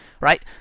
Right